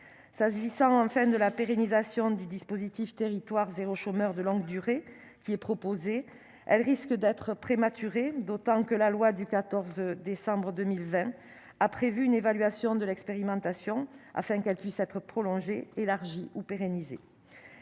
s'agissant enfin de la pérennisation du dispositif territoires zéro, chômeur de longue durée qui est proposée, elle risque d'être prématuré, d'autant que la loi du 14 décembre 2020 a prévu une évaluation de l'expérimentation, afin qu'elle puisse être prolongé et élargi ou pérenniser